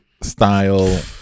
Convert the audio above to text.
style